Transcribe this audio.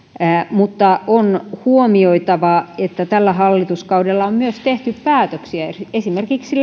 mutta on huomioitava että tällä hallituskaudella on myös tehty esimerkiksi